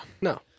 no